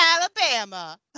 Alabama